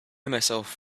myself